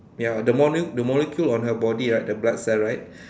ya the mole~ the molecule on her body right the blood cell right